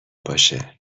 باشه